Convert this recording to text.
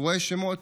הוא רואה שמות,